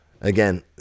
again